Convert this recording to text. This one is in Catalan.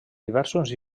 diversos